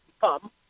come